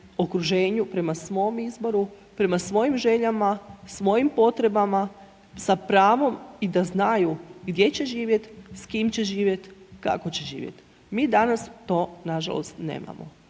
okruženju, prema svom izboru, prema svojim željama, svojim potrebama sa pravom i da znaju gdje će živjeti, s kime će živjeti, kako će živjeti. Mi danas to nažalost nemamo.